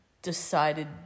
decided